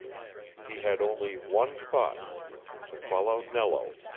he had only one thought to follow nello.